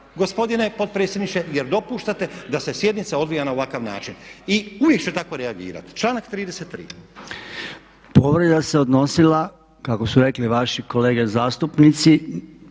gospodine potpredsjedniče jer dopuštate da se sjednica odvija na ovakav način. I uvijek ću tako reagirati. Članak 33. **Podolnjak, Robert (MOST)** Povreda se odnosila kako su rekli vaši kolege zastupnici